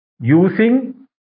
Using